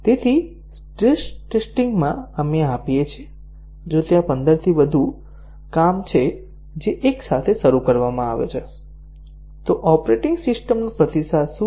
stress testing માં આપણે આપીએ છીએ જો ત્યાં પંદરથી વધુ નોકરીઓ છે જે એક સાથે શરૂ કરવામાં આવે છે તો ઓપરેટિંગ સિસ્ટમનો પ્રતિસાદ શું છે